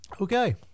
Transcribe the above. Okay